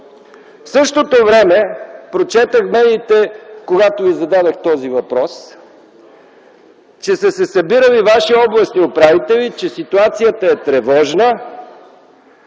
В същото време прочетох в медиите, когато Ви зададох този въпрос, че са се събирали ваши областни управители, че ситуацията е тревожна